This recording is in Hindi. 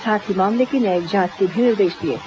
साथ ही मामले की न्यायिक जांच के भी निर्देश दिए हैं